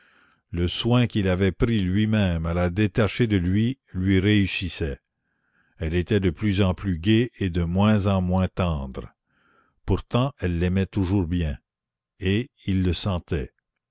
le soin qu'il avait pris lui-même à la détacher de lui lui réussissait elle était de plus en plus gaie et de moins en moins tendre pourtant elle l'aimait toujours bien et il le sentait